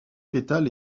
pétales